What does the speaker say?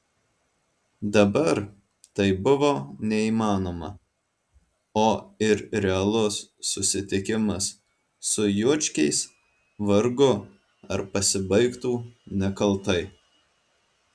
dabar tai buvo neįmanoma o ir realus susitikimas su juočkiais vargu ar pasibaigtų nekaltai